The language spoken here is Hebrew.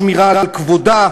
שמירה על כבודה,